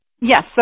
Yes